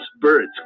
birds